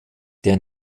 der